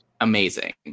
amazing